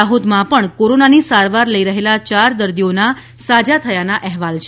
દાહોદમાં પણ કોરોનાની સારવાર લઇ રહેલા ચાર દર્દીઓના સાજા થયાના અહેવાલ છે